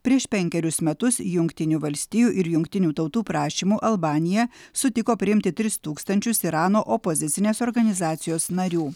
prieš penkerius metus jungtinių valstijų ir jungtinių tautų prašymu albanija sutiko priimti tris tūkstančius irano opozicinės organizacijos narių